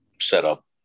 setup